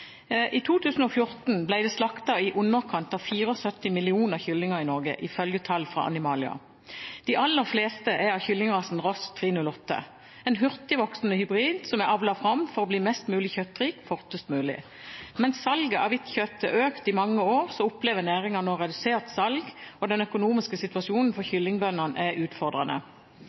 I 2014 ble det slaktet i underkant av 74 millioner kyllinger i Norge, ifølge tall fra Animalia. De aller fleste er av kyllingrasen Ross 308, en hurtigvoksende hybrid som er avlet fram for å bli mest mulig kjøttrik fortest mulig. Mens salget av hvitt kjøtt har økt i mange år, opplever næringen nå redusert salg, og den økonomiske situasjonen for kyllingbøndene er utfordrende.